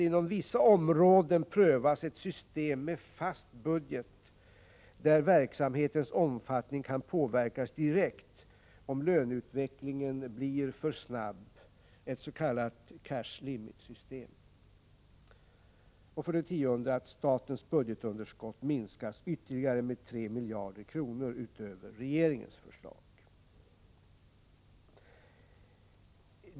Inom vissa områden prövas ett system med fast budget, där verksamhetens omfattning kan påverkas direkt om löneutvecklingen blir för snabb, ett s.k. cash limit-system. 10. Statens budgetunderskott minskas med ytterligare 3 miljarder kronor utöver regeringens förslag.